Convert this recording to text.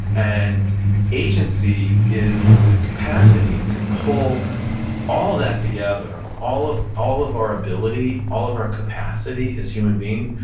and agency is the capacity to pull all of that together. all of all of our ability, all of our capacity as human beings,